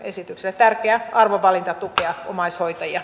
on tärkeä arvovalinta tukea omaishoitajia